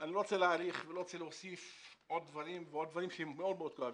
אני לא רוצה להאריך ולא רוצה להוסיף עוד דברים שהם מאוד כואבים.